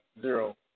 zero